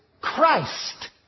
Christ